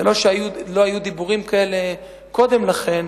זה לא שלא היו דיבורים כאלה קודם לכן,